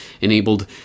enabled